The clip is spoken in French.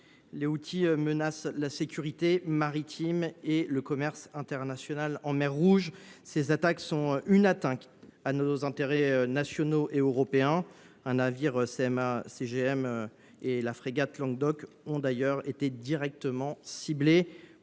les Houthis menacent la sécurité maritime et le commerce international en mer Rouge. Ces attaques sont une atteinte à nos intérêts nationaux et aux intérêts européens. Un navire de la CMA CGM et la frégate ont d’ailleurs été directement ciblés.